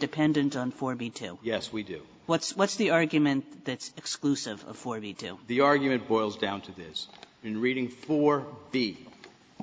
dependent on for me to yes we do what's what's the argument that's exclusive for the two the argument boils down to this in reading for the